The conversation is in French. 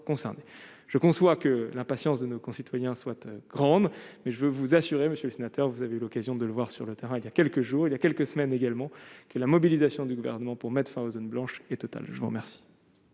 je conçois que l'impatience de nos concitoyens souhaitent grande mais je veux vous assurer monsieur le sénateur, vous avez eu l'occasion de le voir sur le terrain, il y a quelques jours, il y a quelques semaines, également, que la mobilisation du gouvernement pour mettre fin aux zones blanches et totale, je vous remercie.